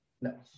No